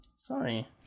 Sorry